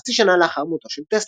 חצי שנה לאחר מותו של טסלה.